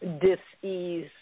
dis-ease